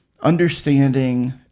understanding